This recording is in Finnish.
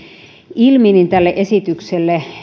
ilmi tälle esitykselle